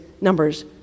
Numbers